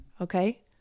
okay